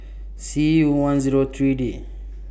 C U one Zero three D